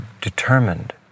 determined